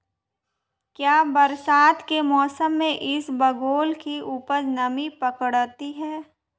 क्या बरसात के मौसम में इसबगोल की उपज नमी पकड़ती है?